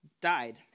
died